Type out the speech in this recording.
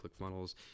ClickFunnels